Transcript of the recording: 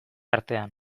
artean